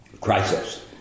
crisis